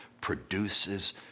produces